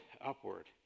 upward